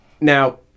Now